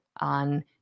on